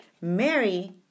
Mary